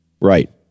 right